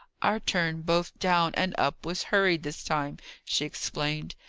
our turn both down and up was hurried this time, she explained,